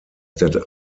der